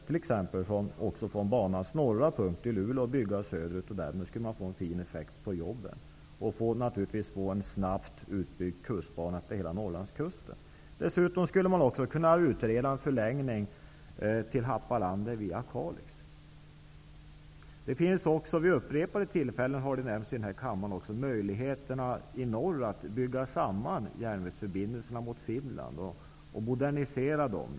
Man kunde t.ex. från banans norra punkt, i Luleå, bygga söderut. Därmed skulle man få en god effekt när det gäller jobben och naturligtvis en snabbt utbyggd kustbana utefter hela Norrlandskusten. Dessutom skulle man också kunna utreda en förlängning till Det har vid upprepade tillfällen i denna kammare nämnts möjligheterna att i norr bygga samman järnvägsförbindelserna med de i Finland och modernisera dem.